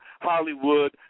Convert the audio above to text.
Hollywood